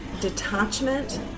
detachment